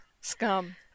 Scum